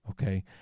okay